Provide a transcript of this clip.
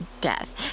death